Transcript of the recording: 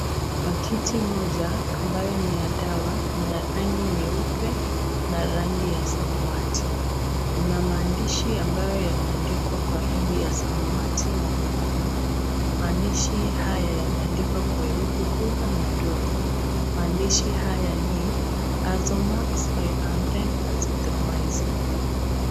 Pakiti moja ambayo ni ya dawa ina rangi nyeupe na rangi ya samawati ,ina maandishi ambayo yameandikwa Kwa rangi ya samawati na nyekundu. Maandishi haya yameandikwa Kwa herufi kubwa na ndogo , maandishi haya ni Azomax 500 azytromycyne.